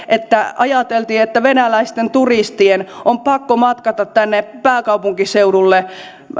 että ajateltiin että venäläisten turistien on pakko matkata tänne pääkaupunkiseudulle